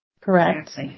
Correct